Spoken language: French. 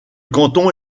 canton